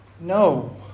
No